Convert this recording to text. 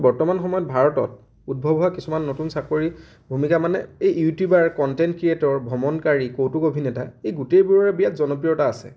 বৰ্তমান সময়ত ভাৰতত উদ্ভৱ হোৱা কিছুমান নতুন চাকৰি ভূমিকা মানে এই ইউটিউবাৰ কণ্টেন্ট ক্ৰিয়েটৰ ভ্ৰমণকাৰী কৌতুক অভিনেতা এই গোটেইবোৰৰে বিৰাট জনপ্ৰিয়তা আছে